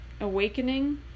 awakening